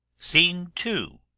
scene two.